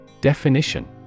Definition